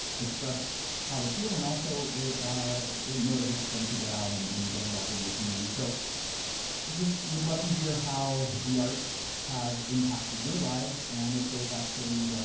express how they feel, and also it it motivates them to get out and and get involved in their community. so just would love to hear how the arts have impacted your lives, and if they've actually